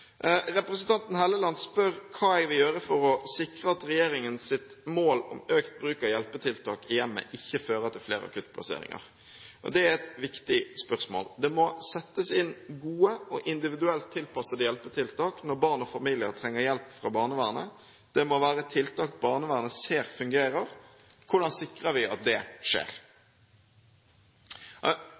Representanten Hofstad Helleland spør hva jeg vil gjøre for å sikre at regjeringens mål om økt bruk av hjelpetiltak i hjemmet ikke fører til flere akuttplasseringer. Det er et viktig spørsmål. Det må settes inn gode og individuelt tilpassede hjelpetiltak når barn og familier trenger hjelp fra barnevernet. Det må være tiltak barnevernet ser fungerer. Hvordan sikrer vi at det skjer?